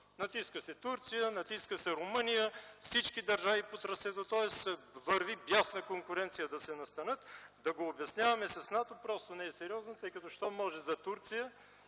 Натиска се Турция, натиска се Румъния, всички държави по трасето, тоест върви бясна конкуренция да се настанят. Да го обясняваме с НАТО просто не е сериозно, тъй като щом може за Турция,